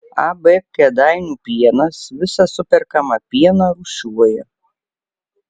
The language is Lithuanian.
ab kėdainių pienas visą superkamą pieną rūšiuoja